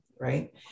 right